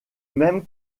même